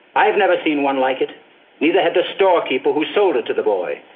i have never seen one like it either. had the storekeeper who sold it to the boy.